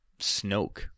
Snoke